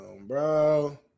bro